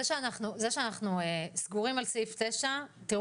זה שאנחנו סגורים על סעיף 9 - תראו,